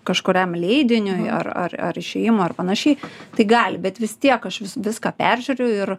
kažkuriam leidiniui ar ar ar išėjimui ar panašiai tai gali bet vis tiek aš vis viską peržiūriu ir